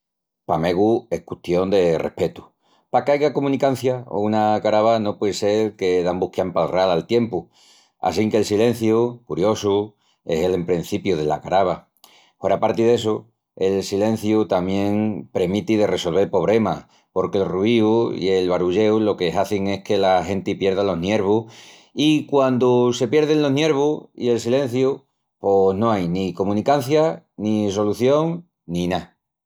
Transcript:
Pa megu es custion de respetu. Paque aiga comunicancia o una carava no puei sel que dambus quian palral al tiempu. Assinque'l silenciu, curiosu, es el emprencipiu dela carava. Hueraparti d'essu, el silenciu tamién premiti de ressolvel pobremas, porque'l ruiu i el barulleu lo que hazin es que la genti pierda los niervus i, quandu se pierdin los niervus i el silenciu, pos no ai ni comunicancia ni solución ni ná.